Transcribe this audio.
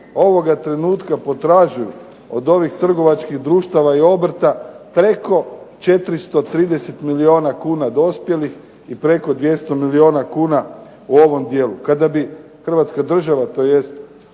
ovoga trenutka podražuju od ovih trgovačkih društava i obrta preko 430 milijuna kuna dospjelih i preko 200 milijuna kuna u ovom dijelu. Kada bi Hrvatska država tj.